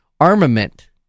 armament